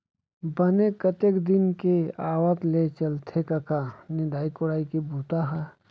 बने कतेक दिन के आवत ले चलथे कका निंदई कोड़ई के बूता ह?